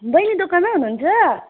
बैनी दोकानमै हुनुहुन्छ